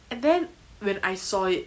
and then when I saw it